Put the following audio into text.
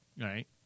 right